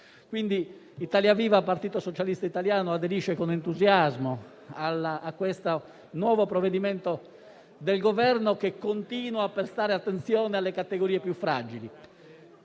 Gruppo Italia Viva-P.S.I., pertanto aderisce con entusiasmo a questo nuovo provvedimento del Governo che continua a prestare attenzione alle categorie più fragili.